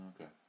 Okay